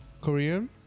Korean